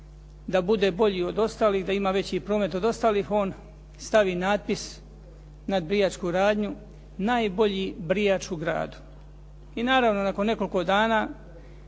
da bude bolji od ostalih, da ima veći promet od ostalih, on stavi natpis nad brijačku radnju "Najbolji brijač u gradu". I naravno, nakon nekoliko dana